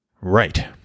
Right